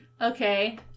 Okay